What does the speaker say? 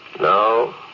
No